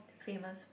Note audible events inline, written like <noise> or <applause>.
<breath>